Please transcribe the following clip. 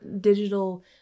digital